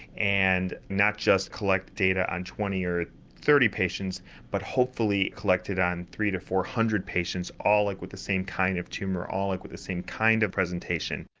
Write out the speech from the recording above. and not just collect data on twenty or thirty patients but hopefully collected on three hundred to four hundred patients all like with the same kind of tumour, all like with the same kind of presentation.